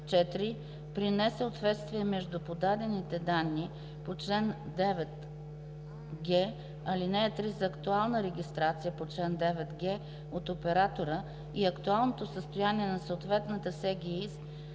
4. при несъответствие между подадените данни по чл. 9г, ал. 3 за актуална регистрация по чл. 9г от оператора и актуалното състояние на съответната СГИ